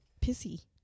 pissy